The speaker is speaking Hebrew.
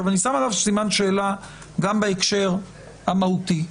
גם בהקשר המהותי,